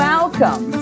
Welcome